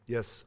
Yes